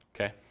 okay